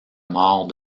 mort